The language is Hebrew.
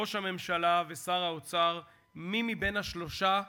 ראש הממשלה ושר האוצר מי מבין השלושה